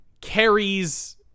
carries